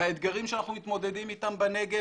והאתגרים שאנחנו מתמודדים איתם בנגב